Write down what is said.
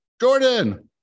Jordan